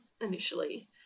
initially